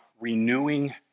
renewing